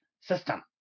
system